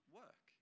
work